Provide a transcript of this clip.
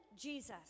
Jesus